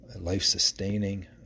life-sustaining